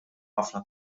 ħafna